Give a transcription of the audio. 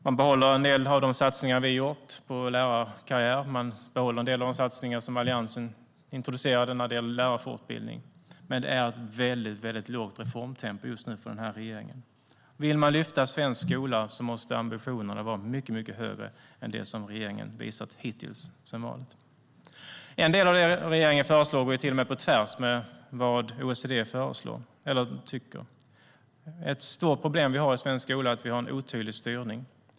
Den behåller en del av de satsningar vi gjort på lärarkarriär och en del av de satsningar som Alliansen introducerade för lärarfortbildning. Men det är ett väldigt lågt reformtempo just nu för regeringen. Vill man lyfta upp svensk skola måste ambitionerna vara mycket högre än det som regeringen visat hittills. En del av det som regeringen föreslår går till och med på tvärs med vad OECD tycker. Ett stort problem som vi har i svensk skola är att vi har en otydlig styrning.